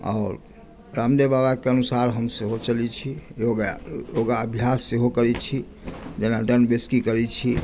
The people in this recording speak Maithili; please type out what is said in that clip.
आओर रामदेव बाबाक अनुसार हम सेहो चलैत छी योगा योगाभ्यास सेहो करैत छी जेना दण्ड बैसकी करैत छी